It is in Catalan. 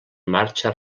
marxa